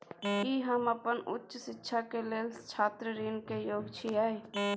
की हम अपन उच्च शिक्षा के लेल छात्र ऋण के योग्य छियै?